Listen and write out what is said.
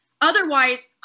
Otherwise